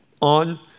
on